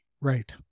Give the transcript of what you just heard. right